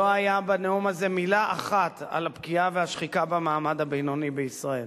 לא היתה בנאום הזה מלה אחת על הפגיעה והשחיקה במעמד הבינוני בישראל.